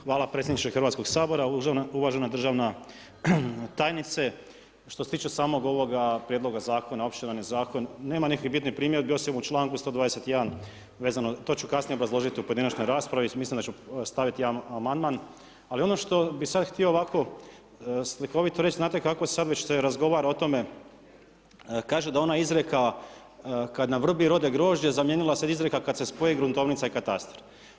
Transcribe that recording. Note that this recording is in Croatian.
Hvala predsjedničke Hrvatskog sabora, uvažena državna tajnice, što se tiče samoga ovoga prijedloga zakona opširan je zakon, nema nekih bitnih primjedbi osim u članku 121. vezano, to ću kasnije obrazložit u pojedinačnoj raspravi, mislim da ću stavit jedan amandman, ali ono što bih sad htio ovako slikovito reć znate kako sad već se razgovara o tome kažu da ona izreka „kad na vrbi rode grožđe“, zamijenila se izreka „kad se spoje gruntovnica i katastar“